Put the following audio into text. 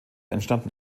entstanden